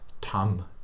Tom